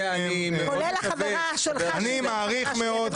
--- כולל החברה שלך --- אני מעריך מאוד,